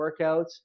workouts